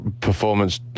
performance